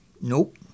Nope